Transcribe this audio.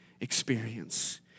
experience